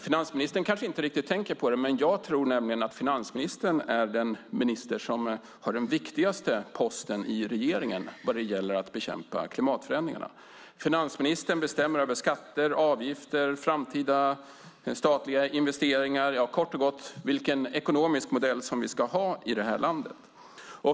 Finansministern kanske inte riktigt tänker på det, men jag tror att finansministern är den minister som har den viktigaste posten i regeringen vad gäller att bekämpa klimatförändringarna. Finansministern bestämmer över skatter, avgifter, framtida statliga investeringar, kort och gott vilken ekonomisk modell vi ska ha i landet.